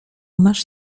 masz